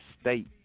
state